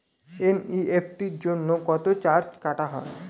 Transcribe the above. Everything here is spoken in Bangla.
এন.ই.এফ.টি জন্য কত চার্জ কাটা হয়?